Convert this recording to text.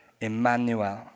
Emmanuel